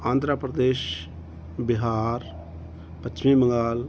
ਆਂਧਰਾ ਪ੍ਰਦੇਸ਼ ਬਿਹਾਰ ਪੱਛਮੀ ਬੰਗਾਲ